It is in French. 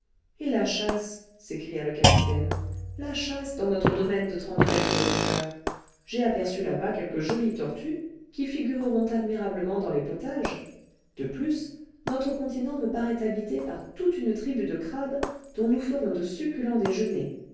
et la chasse s'écria le capitaine la chasse dans notre domaine de trente mètres de longueur j'ai aperçu là-bas quelques jolies tortues qui figureront admirablement dans les potages de plus notre continent me paraît habité par tonte une tribu de crabes dont nous ferons de succulents